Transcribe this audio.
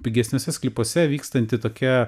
pigesniuose sklypuose vykstanti tokia